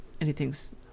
anything's